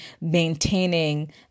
maintaining